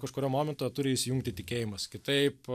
kažkuriuo momentu turi įsijungti tikėjimas kitaip